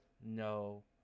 No